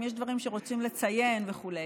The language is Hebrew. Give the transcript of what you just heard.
אם יש דברים שרוצים לציין וכו'.